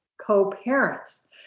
co-parents